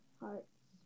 hearts